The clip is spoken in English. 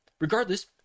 regardless